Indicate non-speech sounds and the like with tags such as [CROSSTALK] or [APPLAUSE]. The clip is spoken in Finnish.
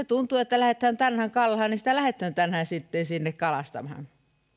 [UNINTELLIGIBLE] tuntuu siltä että lähdetään tänään kalaan niin sitä lähdetään tänään sitten sinne kalastamaan sitten